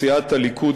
סיעת הליכוד,